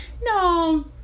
no